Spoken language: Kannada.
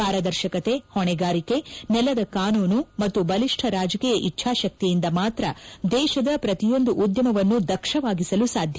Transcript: ಪಾರದರ್ಶಕತೆ ಹೊಣೆಗಾರಿಕೆ ನೆಲದ ಕಾನೂನು ಮತ್ತು ಬಲಿಷ್ಠ ರಾಜಕೀಯ ಇಚ್ಛಾಶಕ್ತಿಯಿಂದ ಮಾತ್ರ ದೇಶದ ಪ್ರತಿಯೊಂದು ಉದ್ಯಮವನ್ನು ದಕ್ಷವಾಗಿಸಲು ಸಾಧ್ಯ